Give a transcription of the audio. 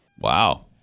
Wow